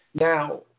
Now